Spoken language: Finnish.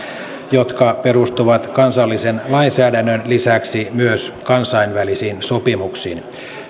jotka perustuvat kansallisen lainsäädännön lisäksi kansainvälisiin sopimuksiin